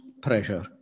pressure